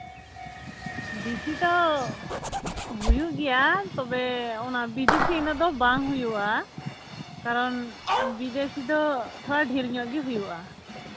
ᱫᱮᱥᱤ ᱫᱚ ᱦᱩᱭᱩᱜ ᱜᱮᱭᱟ ᱛᱚᱵᱮ ᱚᱱᱟ ᱵᱤᱫᱮᱥᱤ ᱩᱱᱟᱹᱜ ᱫᱚ ᱵᱟᱝ ᱦᱩᱭᱩᱜᱼᱟ ᱠᱟᱨᱚᱱ ᱵᱤᱫᱮᱥᱤ ᱫᱚ ᱛᱷᱚᱲᱟ ᱰᱷᱮᱨ ᱧᱚᱜ ᱜᱮ ᱦᱩᱭᱩᱜᱼᱟ